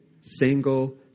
single